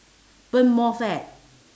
burn more fat